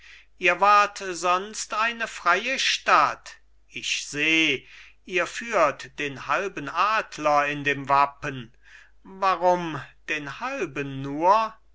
ihr wart sonst eine freie stadt ich seh ihr führt den halben adler in dem wappen warum den halben nur